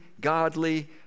godly